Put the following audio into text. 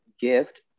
gift